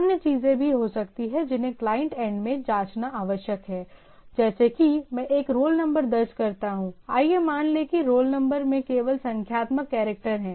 अन्य चीजें भी हो सकती हैं जिन्हें क्लाइंट एंड में जांचना आवश्यक है जैसे कि मैं एक रोल नंबर दर्ज करता हूं आइए मान लें कि रोल नंबर में केवल संख्यात्मक कैरेक्टर हैं